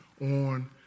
on